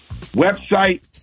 website